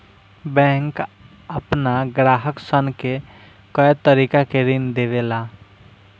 bank आपना ग्राहक सन के कए तरीका के ऋण देवेला